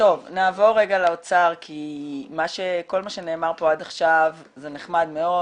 נעבור רגע לאוצר כי כל מה שנאמר פה עד עכשיו זה נחמד מאוד,